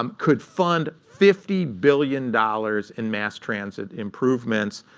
um could fund fifty billion dollars in mass transit improvements,